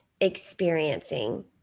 experiencing